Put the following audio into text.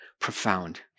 profound